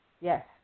Yes